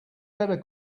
better